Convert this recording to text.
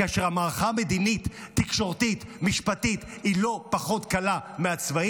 כאשר המערכה המדינית-תקשורתית-משפטית היא לא פחות קשה מהצבאית,